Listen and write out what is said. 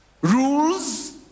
rules